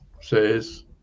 says